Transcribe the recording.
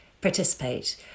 participate